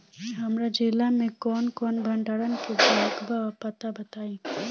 हमरा जिला मे कवन कवन भंडारन के जगहबा पता बताईं?